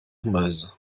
meuse